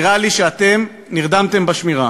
נראה לי שאתם נרדמתם בשמירה.